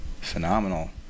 phenomenal